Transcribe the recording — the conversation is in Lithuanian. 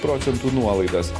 procentų nuolaidos